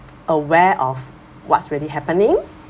aware of what's really happening